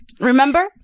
Remember